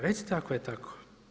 Recite ako je tako.